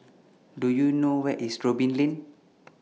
Do YOU know Where IS Robin Lane